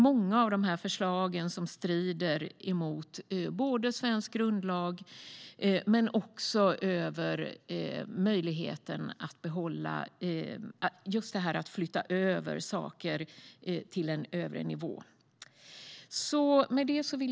Många av förslagen strider dels mot svensk grundlag, dels mot principen att frågor inte ska behandlas på en högre nivå.